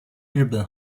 日本